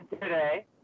today